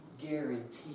Guarantee